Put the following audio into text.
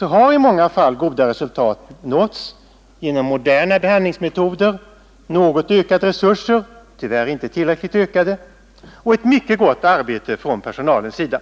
har i många fall goda resultat nåtts genom moderna behandlingsmetoder, något ökade resurser — tyvärr inte tillräckligt ökade — och ett mycket gott arbete från personalens sida.